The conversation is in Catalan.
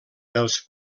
els